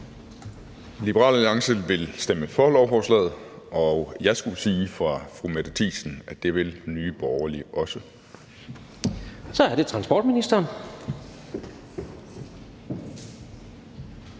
Liberal Alliance vil stemme for lovforslaget, og jeg skulle sige fra fru Mette Thiesen, at det vil Nye Borgerlige også. Kl. 12:11 Tredje næstformand